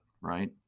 right